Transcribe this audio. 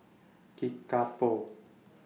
Kickapoo